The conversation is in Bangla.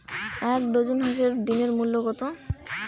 এক ডজন হাঁসের ডিমের মূল্য কত?